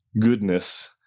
goodness